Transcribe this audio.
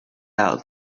out